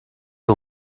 you